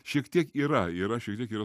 šiek tiek yra yra šiek tiek yra